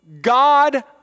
God